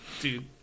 Dude